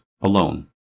alone